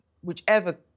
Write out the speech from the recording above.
whichever